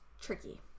tricky